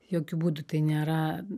jokiu būdu tai nėra